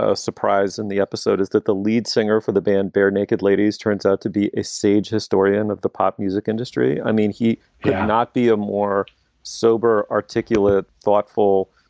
ah surprise in the episode is that the lead singer for the band, bare naked ladies turns out to be a sage historian of the pop music industry. i mean, he cannot be a more sober, articulate, thoughtful,